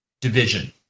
division